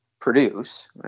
produce